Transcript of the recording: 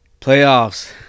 Playoffs